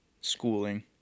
schooling